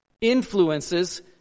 influences